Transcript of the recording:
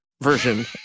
version